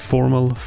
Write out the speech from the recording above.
Formal